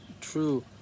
true